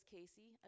Casey